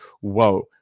Whoa